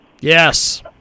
Yes